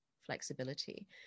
flexibility